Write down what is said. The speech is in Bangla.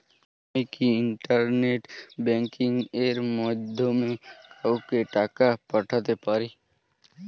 আমি কি ইন্টারনেট ব্যাংকিং এর মাধ্যমে কাওকে টাকা পাঠাতে পারি?